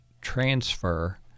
transfer